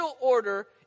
order